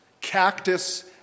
cactus